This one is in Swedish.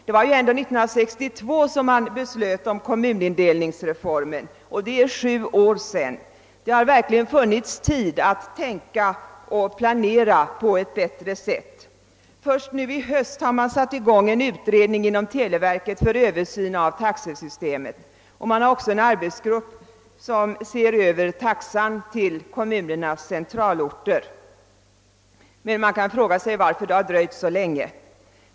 Beslut om kommunindelningsreformen fattades år 1962. Det är sju år sedan. Det har verkligen funnits tid att tänka och planera på ett bättre sätt. Först nu i höst har man satt i gång en utredning inom televerket för en översyn av taxesystemet. Man har också tillsatt en arbetsgrupp som ser Över taxan till kommunernas centralorter. Men man kan fråga sig varför det har dröjt så länge.